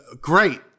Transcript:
Great